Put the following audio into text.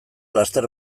laster